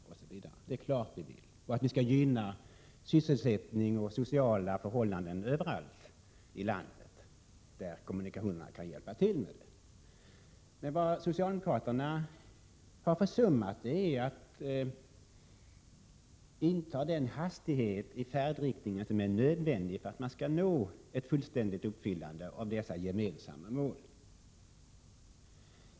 Självfallet vill vi också alla genom goda kommunikationer gynna sysselsättning och bidra till bättre sociala förhållanden överallt i landet. Socialdemokraterna har försummat att höja farten i färden till den hastighet som är nödvändig för att uppnå de gemensamma målen.